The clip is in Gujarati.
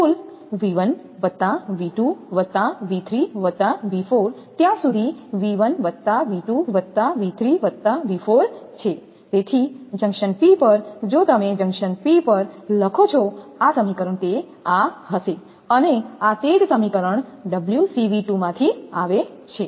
કુલ 𝑉1 𝑉2 𝑉3 𝑉4 ત્યાં સુધી 𝑉1 𝑉2 𝑉3 𝑉4 છે તેથી જંકશન P પર જો તમે જંકશન P પર લખો છો આ સમીકરણ તે આ હશે અને આ તે જ સમીકરણ 𝜔𝐶𝑉2 માંથી આવે છે